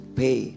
pay